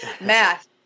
math